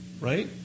right